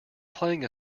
playing